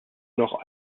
noch